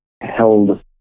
held